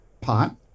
pot